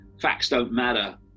facts-don't-matter